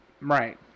Right